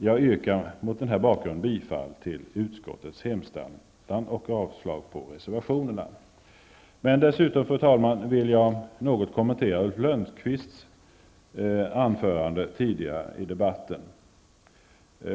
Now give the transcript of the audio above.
Jag yrkar mot denna bakgrund bifall till utskottets hemställan och avslag på reservationerna. Men dessutom, fru talman, vill jag något kommentera Ulf Lönnqvists anförande tidigare i debatten.